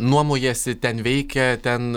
nuomojasi ten veikia ten